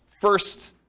first